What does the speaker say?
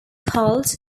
cult